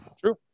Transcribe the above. True